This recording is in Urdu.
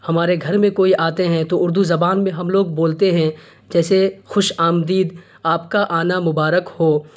ہمارے گھر میں کوئی آتے ہیں تو اردو زبان میں ہم لوگ بولتے ہیں جیسے خوش آمدید آپ کا آنا مبارک ہو